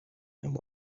and